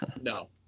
No